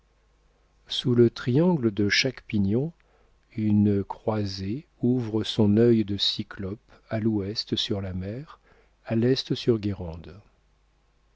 sous le triangle de chaque pignon une croisée ouvre son œil de cyclope à l'ouest sur la mer à l'est sur guérande